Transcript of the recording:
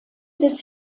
des